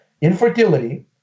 infertility